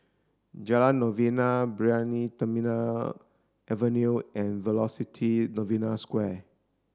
Jalan Novena Brani Terminal Avenue and Velocity Novena Square